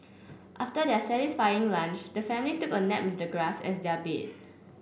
after their satisfying lunch the family took a nap with the grass as their bed